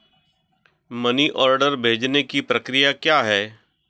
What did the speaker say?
Money order भेजने की प्रक्रिया क्या है?